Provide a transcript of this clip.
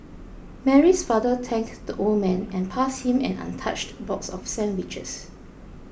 Mary's father thanked the old man and passed him an untouched box of sandwiches